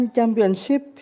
Championship